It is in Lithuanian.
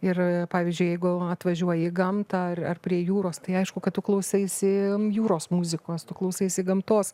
ir pavyzdžiui jeigu atvažiuoji į gamtą ar ar prie jūros tai aišku kad tu klausaisi jūros muzikos tu klausaisi gamtos